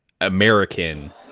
American